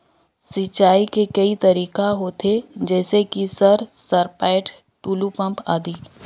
सिंचाई के कई तरीका होथे? जैसे कि सर सरपैट, टुलु पंप, आदि?